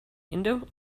indo